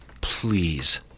please